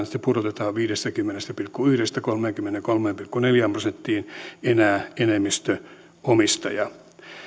sitä pudotetaan viidestäkymmenestä pilkku yhdestä kolmeenkymmeneenkolmeen pilkku neljään prosenttiin enää enemmistöomistaja